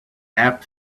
app